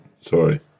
sorry